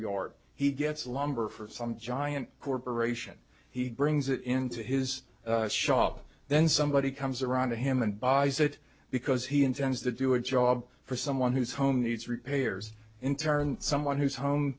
yard he gets lumber for some giant corporation he brings it into his shop then somebody comes around to him and buys it because he intends to do a job for someone whose home needs repairs in turn someone whose home